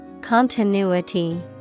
Continuity